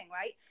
right